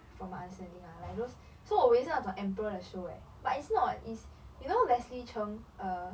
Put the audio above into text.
from my understanding ah like those so 我以为是那种 emperor show eh but it's not is you know leslie cheng uh